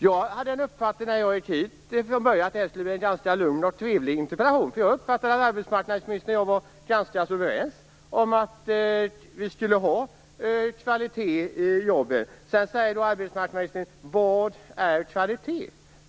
Jag trodde när jag gick hit att det skulle bli en ganska lugn och trevlig interpellationsdebatt, för jag uppfattade att arbetsmarknadsministern och jag var ganska överens om att det skall vara kvalitet i arbetsmarknadsutbildningen. Nu frågar arbetsmarknadsministern: Vad är kvalitet?